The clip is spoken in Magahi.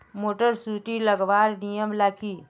मोटर सुटी लगवार नियम ला की?